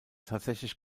tatsächlich